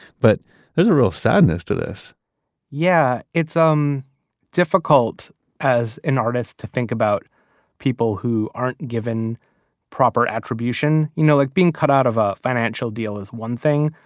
but there's a real sadness to this yeah. it's um difficult as an artist to think about people who aren't given proper attribution, you know like being cut out of a financial deal is one thing.